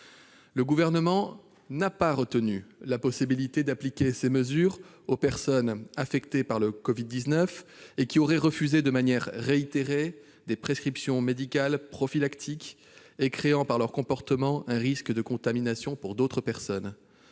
Le Gouvernement n'a pas retenu la possibilité d'appliquer ces mesures aux personnes affectées par le Covid-19 qui auraient refusé de manière réitérée des prescriptions médicales prophylactiques et créeraient par leur comportement un risque de contamination pour d'autres personnes.